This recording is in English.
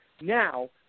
Now